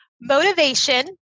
motivation